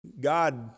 God